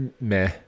meh